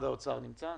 ממשרד האוצר נמצא?